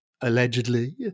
allegedly